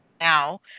now